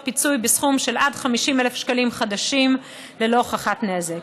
פיצוי בסכום של עד 50,000 שקלים חדשים ללא הוכחת נזק.